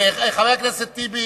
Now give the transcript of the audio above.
חבר הכנסת טיבי,